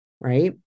right